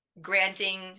granting